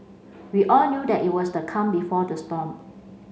we all knew that it was the calm before the storm